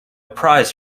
prize